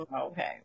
okay